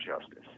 justice